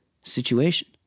situation